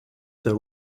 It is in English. their